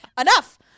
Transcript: Enough